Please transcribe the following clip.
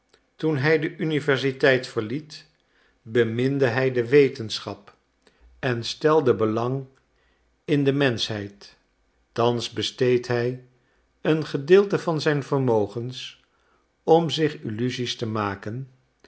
toen hij de universiteit verliet beminde hij de wetenschap en stelde belang in de menschheid thans besteedt hij een gedeelte van zijn vermogens om zich illusies te maken